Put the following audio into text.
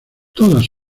todos